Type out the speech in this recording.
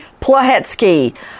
Plahetsky